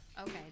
Okay